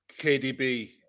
KDB